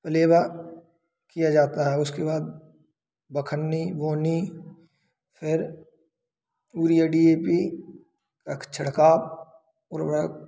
उलेवा किया जाता है उसके बाद बखन्नी बोनी फिर उरिया डि ए पी अक छड़काव और